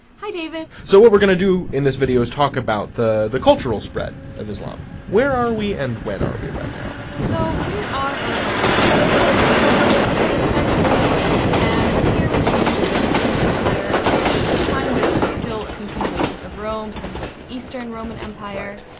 hi david. so what we're gonna do in this video is talk about the the cultural spread of islam. where are we and when are we right now? so we are around the early seventh century, okay and here we see the byzantine empire, which, at the time was still a continuation of rome, so this is like the eastern roman empire,